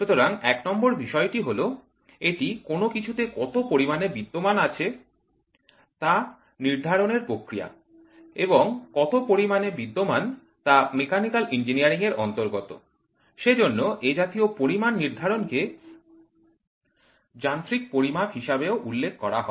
সুতরাং ১ নং বিষয়টি হল এটি কোন কিছুতে কত পরিমাণে বিদ্যমান আছে তা নির্ধারণের প্রক্রিয়া এবং কত পরিমাণে বিদ্যমান তা মেকানিকাল ইঞ্জিনিয়ারিং এর অন্তর্গত সেজন্য এই জাতীয় পরিমাণ নির্ধারণকে যান্ত্রিক পরিমাপ হিসাবে উল্লেখ করা হয়